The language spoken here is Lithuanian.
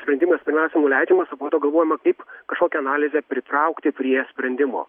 sprendimas pirmiausia nuleidžiamas o po to galvojama kaip kažkokią analizę pritraukti prie sprendimo